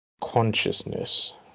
consciousness